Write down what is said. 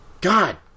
God